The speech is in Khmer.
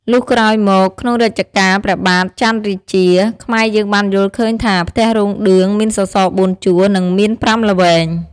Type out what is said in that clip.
លុះក្រោយមក ក្នុងរជ្ជកាលព្រះបាទចន្ទរាជា ខ្មែរយើងបានយល់ឃើញថាផ្ទះរោងឌឿងមានសសរ៤ជួរ និងមាន៥ល្វែង។